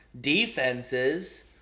defenses